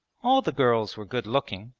all the girls were good-looking,